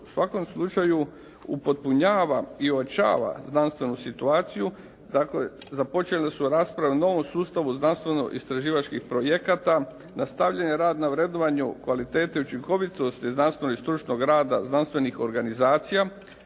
u svakom slučaju upotpunjava i uočava znanstvenu situaciju. Dakle, započele su rasprave o novom sustavu znanstveno-istraživačkih projekata, nastavljen je rad na vrednovanju kvalitete i učinkovitosti znanstvenog i stručnog rada znanstvenih organizacija,